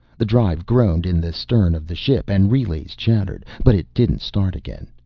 the drive groaned in the stern of the ship and relays chattered. but it didn't start again.